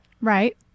Right